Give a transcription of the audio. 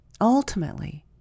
Ultimately